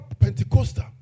Pentecostal